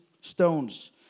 stones